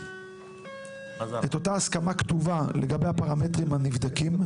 את אותה הסכמה כתובה לגבי הפרמטרים הנבדקים.